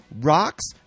rocks